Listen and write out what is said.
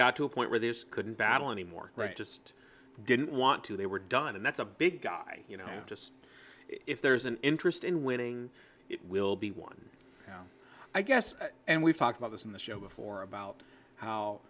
got to a point where they couldn't battle any more just didn't want to they were done and that's a big guy you know just if there's an interest in winning it will be one i guess and we've talked about this in the show before about how